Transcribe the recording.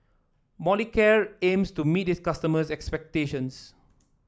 Molicare aims to meet its customers' expectations